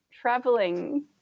traveling